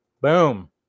Boom